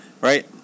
right